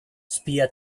spia